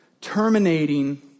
Terminating